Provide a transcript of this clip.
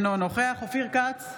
אינו נוכח אופיר כץ,